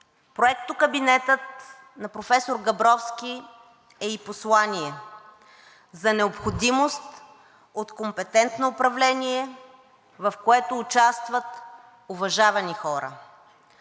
проектокабинетът на професор Габровски е и послание за необходимост от компетентно управление, в което участват уважавани хора.